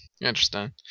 Interesting